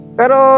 pero